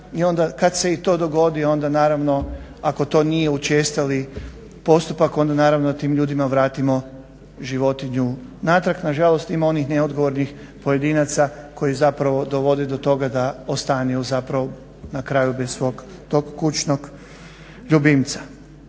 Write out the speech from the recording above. kad se i to dogodi onda naravno ako to nije učestali postupak, onda naravno da tim ljudima vratimo životinju natrag. Nažalost ima onih neodgovornih pojedinaca koji zapravo dovode do toga da ostanu zapravo na kraju bez svog tog kućnog ljubimca.